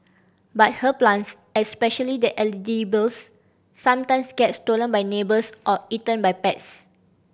but her plants especially the edibles sometimes get stolen by neighbours or eaten by pests